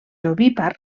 ovípar